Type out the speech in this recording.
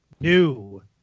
new